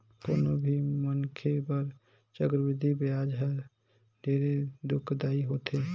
कोनो भी मनखे बर चक्रबृद्धि बियाज हर ढेरे दुखदाई होथे